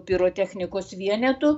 pirotechnikos vienetų